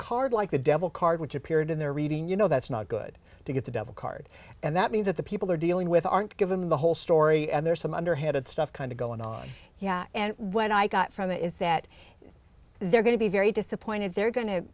card like the devil card which appeared in their reading you know that's not good to get the devil card and that means that the people are dealing with aren't given the whole story and there's some underhanded stuff kind of going on and when i got from it is that they're going to be very disappointed they're going to